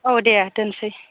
औ दे दोनसै